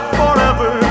forever